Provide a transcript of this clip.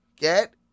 Get